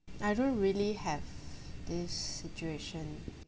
I don't really have this situation